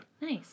Nice